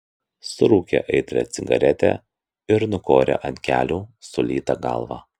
surūkė aitrią cigaretę ir nukorė ant kelių sulytą galvą